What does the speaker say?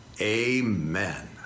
amen